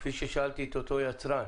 כפי ששאלתי את אותו יצרן,